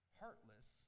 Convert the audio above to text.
heartless